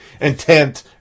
intent